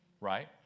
right